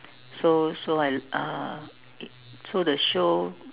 so so I uh so the show